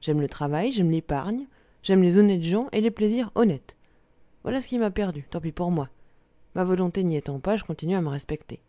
j'aime le travail j'aime l'épargne j'aime les honnêtes gens et les plaisirs honnêtes voilà ce qui m'a perdu tant pis pour moi ma volonté n'y étant pas je continue à me respecter